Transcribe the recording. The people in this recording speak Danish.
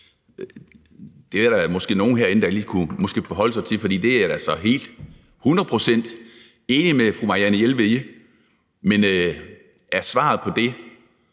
Det er der måske nogen herinde der lige kunne forholde sig til, for det er jeg da så hundrede procent enig med fru Marianne Jelved i, men er svaret på det